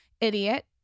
Idiot